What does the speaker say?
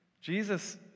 Jesus